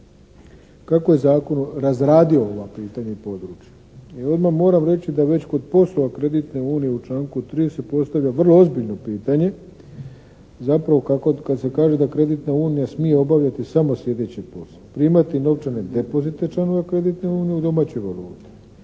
kako je zakon razradio ova pitanja i područje? I odmah moram reći da već kod poslova kreditne unije u članku 30. postavlja vrlo ozbiljno pitanje zapravo kad se kaže da kreditna unija smije obavljati samo sjedeće poslove, primati novčane depozite članova kreditne unije u domaćoj valuti,